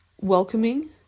welcoming